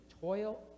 toil